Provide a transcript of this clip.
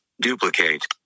duplicate